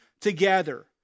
together